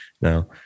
now